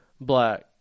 black